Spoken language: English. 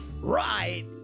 right